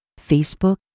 Facebook